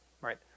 right